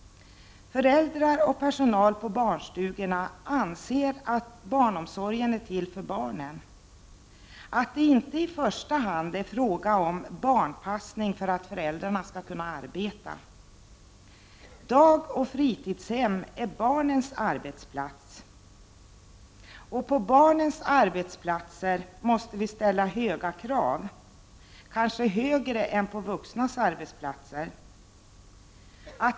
Föräldrar och personal på barnstugorna anser att barnomsorgen är till för barnen, att det inte i första hand är fråga om barnpassning för att föräldrarna skall kunna arbeta. Dagoch fritidshem är barnens arbetsplatser. På barns arbetsplatser måste vi ställa höga krav, kanske högre än på vuxnas arbetsplatser.